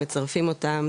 מצרפים אותם,